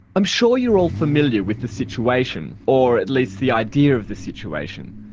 i'm sure you're all familiar with the situation or at least the idea of the situation,